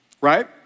right